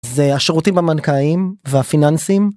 והשירותים הבנקאים והפיננסים.